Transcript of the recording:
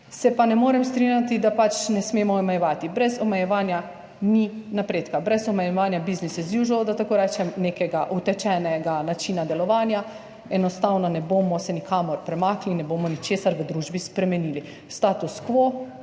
Se pa ne morem strinjati, da ne smemo omejevati. Brez omejevanja ni napredka, brez omejevanja bsusiness as usual, da tako rečem, nekega utečenega načina delovanja se enostavno ne bomo nikamor premaknili, ne bomo ničesar v družbi spremenili. Status quo